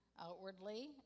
outwardly